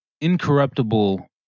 incorruptible